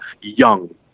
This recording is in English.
young